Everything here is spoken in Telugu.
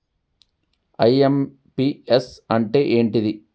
ఐ.ఎమ్.పి.యస్ అంటే ఏంటిది?